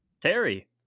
Terry